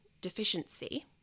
deficiency